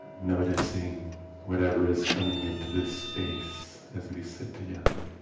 noticing whatever is coming into this space as we sit together.